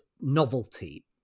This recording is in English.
novelty